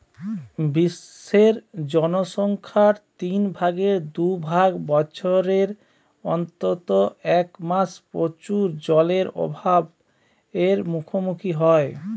বিশ্বের জনসংখ্যার তিন ভাগের দু ভাগ বছরের অন্তত এক মাস প্রচুর জলের অভাব এর মুখোমুখী হয়